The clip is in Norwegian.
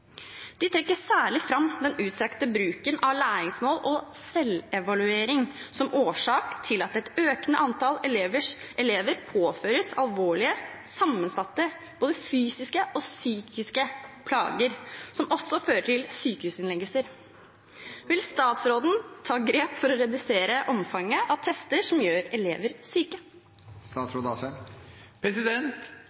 De trekker særlig fram den utstrakte bruken av læringsmål og «selvevaluering» som årsak til at et økende antall elever påføres alvorlige sammensatte fysiske og psykiske plager som også fører til sykehusinnleggelser. Vil statsråden ta grep for å redusere omfanget av tester som gjør elever syke?»